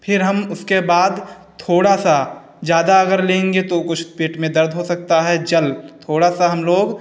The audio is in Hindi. फिर हम उसके बाद थोड़ा सा ज़्यादा अगर लेंगे तो कुछ पेट में दर्द हो सकता है जल थोड़ा सा हम लोग